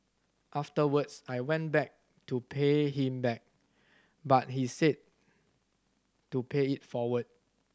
afterwards I went back to pay him back but he said to pay it forward